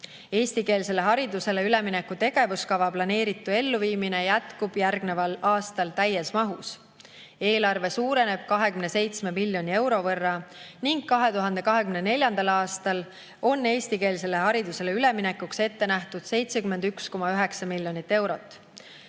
Eestikeelsele haridusele ülemineku tegevuskavas planeeritu elluviimine jätkub järgneval aastal täies mahus. Eelarve suureneb 27 miljoni euro võrra ning 2024. aastal on eestikeelsele haridusele üleminekuks ette nähtud 71,9 miljonit eurot.